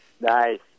Nice